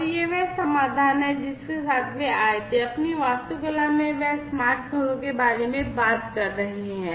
और यह वह समाधान है जिसके साथ वे आए थे अपनी वास्तुकला में वे स्मार्ट घरों के बारे में बात कर रहे हैं